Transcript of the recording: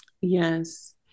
Yes